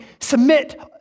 submit